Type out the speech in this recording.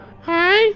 Hi